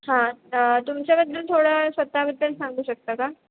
हां तुमच्याबद्दल थोडं स्वतःबद्दल सांगू शकता का